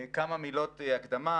כמה מילות הקדמה.